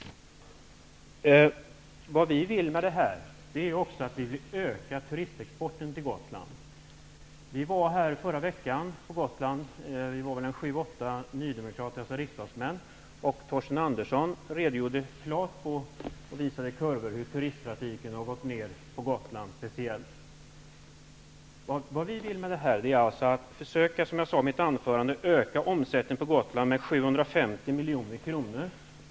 Vi vill alltså öka turistexporten till Gotland. Vi var sju åtta nydemokrater på Gotland i förra veckan och fick redovisade för oss hur turisttrafiken har minskat speciellt på Gotland. Vi vill öka omsättningen på Gotland med 750 miljoner.